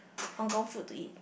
Hong-Kong food to eat